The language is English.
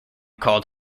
called